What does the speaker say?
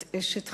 את אשת חיל,